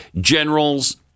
Generals